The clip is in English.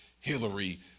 Hillary